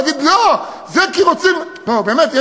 הוא יגיד: לא, זה כי רוצים, נו, באמת.